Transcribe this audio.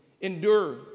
Endure